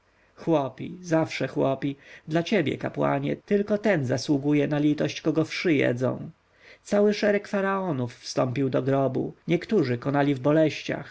chłopi zawsze chłopi dla ciebie kapłanie tylko ten zasługuje na litość kogo wszy jedzą cały szereg faraonów wstąpił do grobu niektórzy konali w boleściach